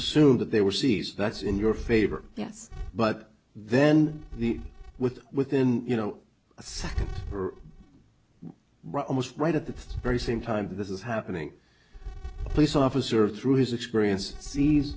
assume that they were seized that's in your favor yes but then the with within you know second almost right at the very same time this is happening police officer through his experience sees